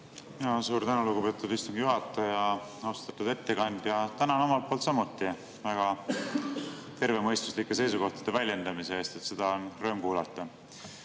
Suur tänu, lugupeetud istungi juhataja! Austatud ettekandja! Tänan ka omalt poolt väga tervemõistuslike seisukohtade väljendamise eest! Seda on rõõm kuulata.